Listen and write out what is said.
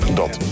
dat